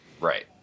Right